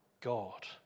God